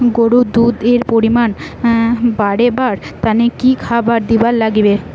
গরুর দুধ এর পরিমাণ বারেবার তানে কি খাবার দিবার লাগবে?